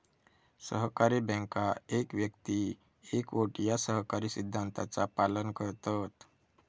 सहकारी बँका एक व्यक्ती एक वोट या सहकारी सिद्धांताचा पालन करतत